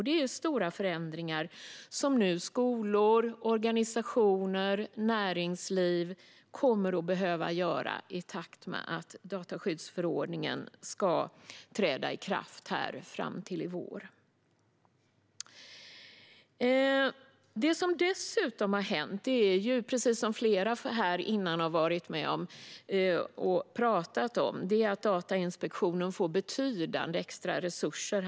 Det är stora förändringar som nu skolor, organisationer och näringsliv kommer att behöva göra i takt med att dataskyddsförordningen träder i kraft i vår. Det som dessutom har hänt är, precis som flera här inne har nämnt, att Datainspektionen från årsskiftet får betydande extra resurser.